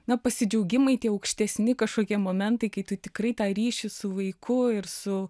na pasidžiaugimai tie aukštesni kažkokie momentai kai tu tikrai tą ryšį su vaiku ir su